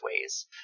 ways